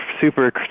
super